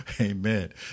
Amen